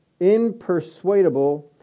impersuadable